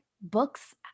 books